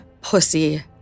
pussy